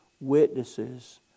witnesses